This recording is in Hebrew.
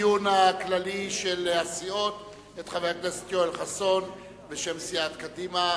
הדיון הכללי של הסיעות את חבר הכנסת יואל חסון בשם סיעת קדימה,